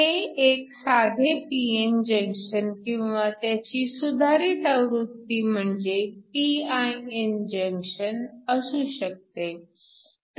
हे एक साधे p n जंक्शन किंवा त्याची सुधारित आवृत्ती म्हणजे pin जंक्शन असू शकते